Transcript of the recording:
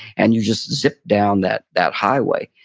and you just zip down that that highway,